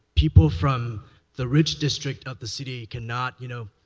people from the rich district of the city cannot, you know,